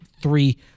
three